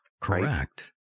Correct